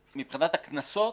מ-2015.